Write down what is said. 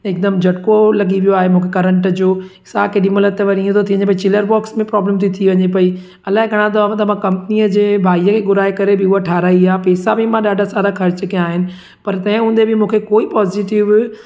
हिकदमि झटको लॻी वियो आहे मूंखे करंट जो सां केॾी महिल त वरी हीअं थो थी वञे चिलर बॉक्स में प्रॉब्लम थी थी वञे पेई अलाए घणा दफ़ा त मां कपंनीअ जे भाईअ खे घुराए करे बि उहा ठाहिराई आहे पैसा बि मां ॾाढा सारा ख़र्च कया आहिनि पर तंहिं हूंदे बि मूंखे कोई पॉजिटिव